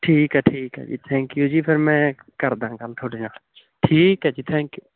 ਠੀਕ ਹੈ ਠੀਕ ਹੈ ਜੀ ਥੈਂਕ ਯੂ ਜੀ ਫਿਰ ਮੈਂ ਕਰਦਾਂ ਗੱਲ ਤੁਹਾਡੇ ਨਾਲ ਠੀਕ ਹੈ ਜੀ ਥੈਂਕ ਯੂ